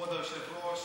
כבוד היושב-ראש,